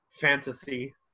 fantasy